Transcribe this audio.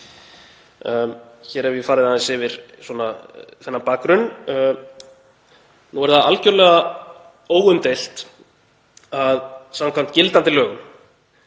Hér hef ég farið aðeins yfir þennan bakgrunn. Nú er það algjörlega óumdeilt að samkvæmt gildandi lögum,